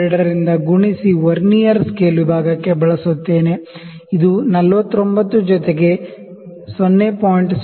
02 ಗುಣಿಸಿ vernier scale ವಿಭಾಗಕ್ಕೆ ಬಳಸುತ್ತೇನೆ ಇದು 49 ಪ್ಲಸ್ 0